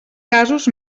casos